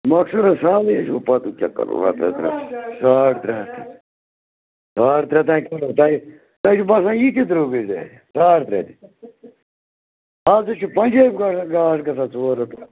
مۅخصر حظ سَہلٕے حظ چھُ پتہٕ وۅنۍ کیٛاہ کرو اَدٕ حظ اَدٕ حظ ساڑ ترٛےٚ ہَتھ ساڑ ترٛےٚ ہتھ ہا کِنہٕ تۅہہِ تۅہہِ چھُو باسان یہِ تہِ درٛۅگٕے ظٲہراً ساڑ ترٛےٚ تہِ اَز ہے چھُ پَنٛجٲبۍ گاڈ گژھان ژور ہتھ رۄپیہِ